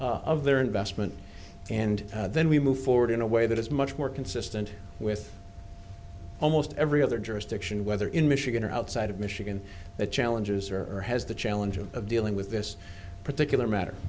of their investment and then we move forward in a way that is much more consistent with almost every other jurisdiction whether in michigan or outside of michigan the challenges are or has the challenges of dealing with this particular matter